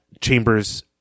Chambers